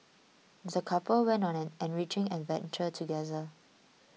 the couple went on an enriching adventure together